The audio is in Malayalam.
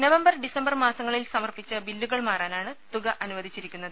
നവംബർ ഡിസംബർ മാസങ്ങളിൽ സമർപ്പിച്ച ബില്ലുകൾ മാറാനാണ് തുക അനുവദിച്ചിരിക്കുന്നത്